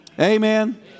Amen